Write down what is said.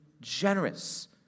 generous